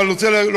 אבל גם יורם,